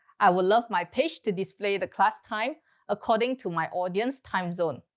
i would love my page to display the class time according to my audience time zone.